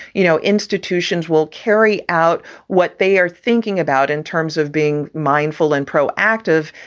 you know, institutions will carry out what they are thinking about in terms of being mindful and proactive.